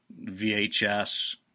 VHS